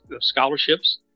scholarships